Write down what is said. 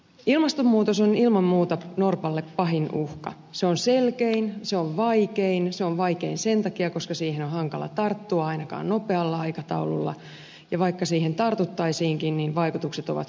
ilmastonmuutos on ilman muuta norpalle pahin uhka se on selkein se on vaikein se on vaikein sen takia että koska siihen on hankala tarttua ainakaan nopealla aikataululla niin vaikka siihen tartuttaisiinkin vaikutukset ovat hyvin hitaita